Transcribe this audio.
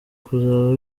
kuzaba